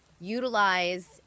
utilize